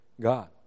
God